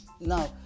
now